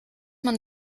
man